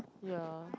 ya